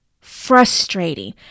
frustrating